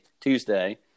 Tuesday